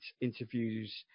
interviews